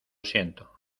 siento